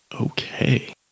Okay